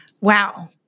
Wow